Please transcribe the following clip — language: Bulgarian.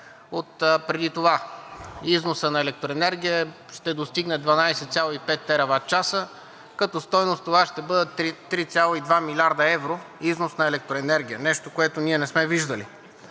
отпреди това. Износът на електроенергия ще достигне 12,5 тераватчаса. Като стойност това ще бъде 3,2 млрд. евро износ на електроенергия – нещо, което ние не сме виждали.